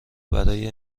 برای